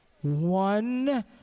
one